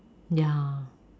ya